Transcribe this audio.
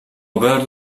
aver